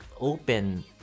open